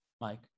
Mike